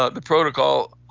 ah the protocol,